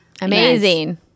amazing